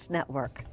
Network